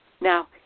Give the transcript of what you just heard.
Now